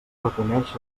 reconeix